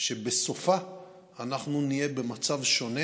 ובסופה אנחנו נהיה במצב שונה.